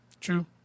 True